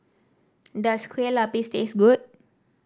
does Kueh Lapis taste good